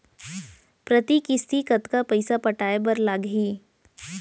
प्रति किस्ती कतका पइसा पटाये बर लागही?